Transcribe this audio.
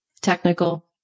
technical